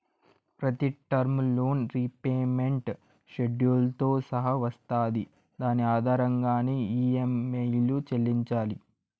ప్రతి term loan repayment షెడ్యూల్తో సహా వస్తాది దాని ఆధారంగానే ఈ.యం.ఐలు చెల్లించాలి